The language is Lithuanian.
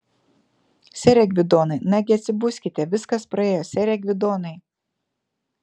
sere gvidonai nagi atsibuskite viskas praėjo sere gvidonai